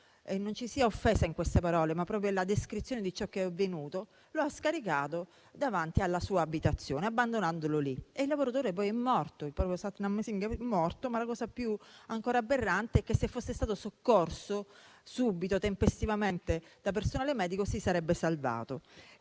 non ci sia offesa in queste parole, ma è proprio la descrizione di ciò che è avvenuto - davanti alla sua abitazione, abbandonandolo lì. Il lavoratore poi è morto. Satnam Singh è morto, e la cosa ancora più aberrante e che se fosse stato soccorso tempestivamente da personale medico, si sarebbe salvato.